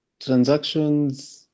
transactions